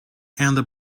and